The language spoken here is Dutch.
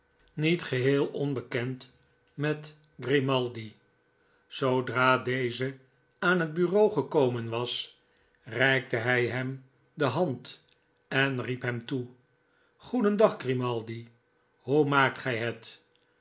dieven heel onbekend met gfrimaldi zoodra deze aan het bureau gekomen was reikte hij hem de hand en riep hem toe goedendag g rimaldi hoe maakt gij het